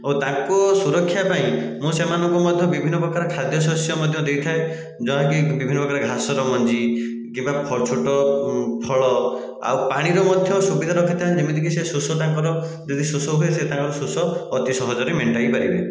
ଓ ତାଙ୍କ ସୁରକ୍ଷା ପାଇଁ ମୁଁ ସେମାନଙ୍କୁ ମଧ୍ୟ ବିଭିନ୍ନ ପ୍ରକାର ଖାଦ୍ୟ ଶସ୍ୟ ମଧ୍ୟ ଦେଇଥାଏ ଯାହାକି ବିଭିନ୍ନ ପ୍ରକାର ଘାସର ମଞ୍ଜି କିମ୍ବା ଫ ଛୋଟ ଫଳ ଆଉ ପାଣିର ମଧ୍ୟ ସୁବିଧା ରଖିଥାଏ ଯେମିତିକି ସେ ଶୋଷ ତାଙ୍କର ଯଦି ଶୋଷ ହୁଏ ସେ ତାଙ୍କର ଶୋଷ ଅତି ସହଜରେ ମେଣ୍ଟାଇ ପାରିବେ